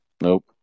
Nope